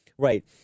Right